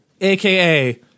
aka